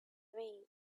way